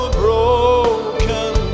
broken